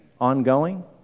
ongoing